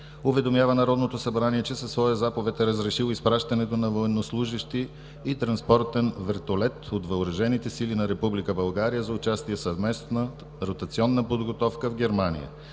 уведомява Народното събрание, че със своя заповед е разрешило изпращането на военнослужещи и транспортен вертолет от Въоръжените сили на Република България за участие в съвместна ротационна подготовка в Германия.